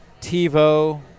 TiVo